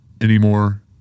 anymore